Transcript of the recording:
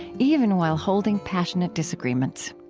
even while holding passionate disagreements.